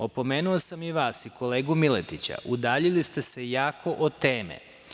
Opomenuo sam i vas i kolegu Miletića, udaljili ste se jako od teme.